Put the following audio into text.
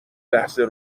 لحظه